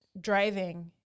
driving